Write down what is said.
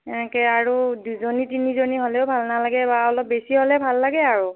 সেনেকৈ আৰু দুজনী তিনিজনী হ'লেও ভাল নালাগে বা অলপ বেছি হ'লে ভাল লাগে আৰু